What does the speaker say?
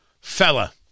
Fella